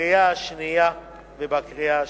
בקריאה השנייה ובקריאה השלישית.